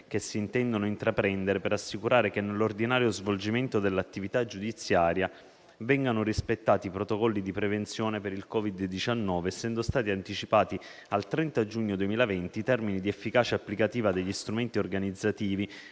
che si intendono intraprendere per assicurare che nell'ordinario svolgimento dell'attività giudiziaria vengano rispettati i protocolli di prevenzione per il Covid-19, essendo stati anticipati al 30 giugno 2020 i termini di efficacia applicativa degli strumenti organizzativi